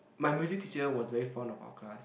my music teacher was very fond of our class